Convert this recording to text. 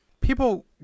people